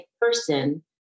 person